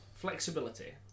flexibility